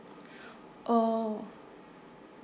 oh